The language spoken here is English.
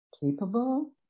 capable